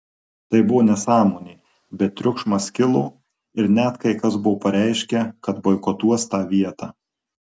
tai buvo nesąmonė bet triukšmas kilo ir net kai kas buvo pareiškę kad boikotuos tą vietą